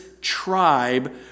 tribe